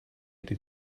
этой